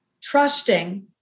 trusting